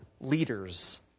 leaders